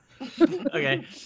Okay